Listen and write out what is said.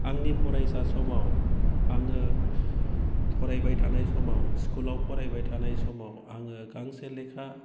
आंनि फरायसा समाव आङो फरायबाय थानाय समाव स्कुलाव फरायबाय थानाय समाव आङो गांसे लेखा